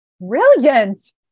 Brilliant